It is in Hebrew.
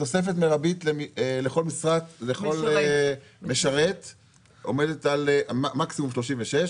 תוספת מרבית לכל משרת עומדת על מקסימום 36,